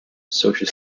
social